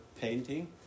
painting